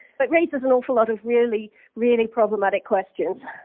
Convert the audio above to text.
but raises an awful lot of really, really problematic questions.